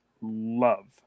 love